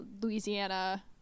louisiana